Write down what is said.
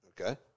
Okay